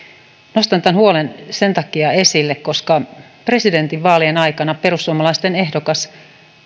nostan tämän huolen sen takia esille että presidentinvaalien aikana perussuomalaisten ehdokas